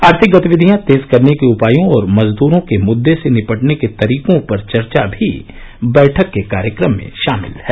आर्थिक गतिविधियां तेज करने के उपायों और मजदूरों के मुददे से निपटने के तरीको पर चर्चा भी बैठक के कार्यक्रम में शामिल है